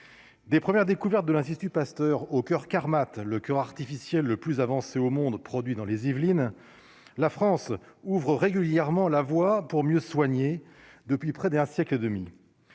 des premières découvertes de l'institut Pasteur au coeur Carmat Le coeur artificiel le plus avancé au monde produit dans les Yvelines, la France ouvre régulièrement la voix pour mieux soigner depuis près d'un siècle et demi